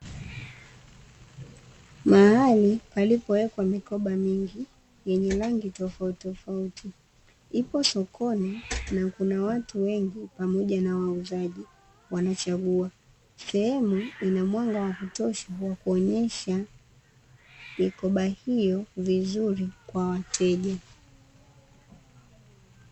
Mahali palipowekwa mikoba mingi yenye rangi tofautitofauti, ipo sokoni na kuna watu wengi pamoja na wauzaji wanachagua. Sehemu ina mwanga wa kutosha wakuonyesha mikoba hiyo vizuri kwa wateja.